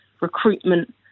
recruitment